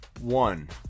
one